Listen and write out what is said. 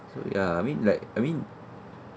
so ya I mean like I mean